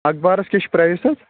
اخبارس کیٛاہ چھُ پرایس حظ